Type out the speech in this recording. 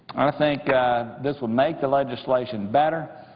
think this would make the legislation better,